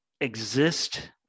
exist